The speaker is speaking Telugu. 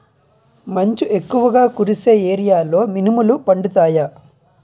మంచు ఎక్కువుగా కురిసే ఏరియాలో మినుములు పండుతాయా?